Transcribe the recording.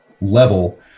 level